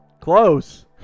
Close